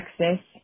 Texas